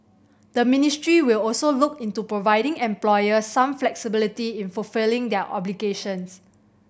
the ministry will also look into providing employers some flexibility in fulfilling their obligations